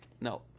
no